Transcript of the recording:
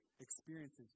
experiences